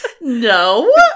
No